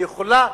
אני יכולה